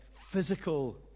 physical